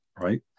right